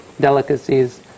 delicacies